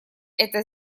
это